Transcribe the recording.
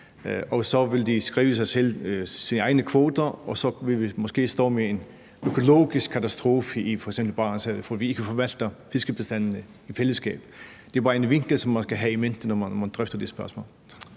Så vil de skrive deres egne kvoter, og så vil vi måske stå med en økologisk katastrofe i f.eks. Barentshavet, fordi vi ikke forvalter fiskebestandene i fællesskab. Det er bare en vinkel, som man skal have i mente, når man drøfter det spørgsmål.